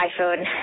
iPhone